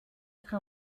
être